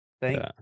Thank